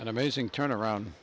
an amazing turnaround